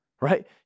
right